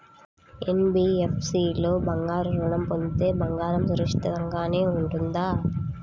NBFC లో బంగారు ఋణం పొందితే బంగారం సురక్షితంగానే ఉంటుందా?